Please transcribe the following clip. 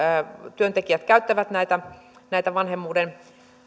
työntekijät käyttävät näitä näitä vanhemmuuden